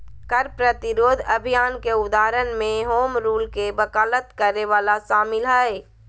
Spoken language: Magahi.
कर प्रतिरोध अभियान के उदाहरण में होम रूल के वकालत करे वला शामिल हइ